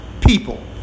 people